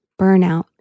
burnout